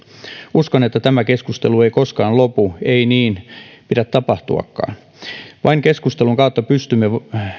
uskon että tämä keskustelu ei koskaan lopu eikä niin pidä tapahtuakaan vain keskustelun kautta pystymme